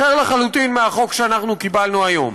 אחר לחלוטין מהחוק שאנחנו קיבלנו היום.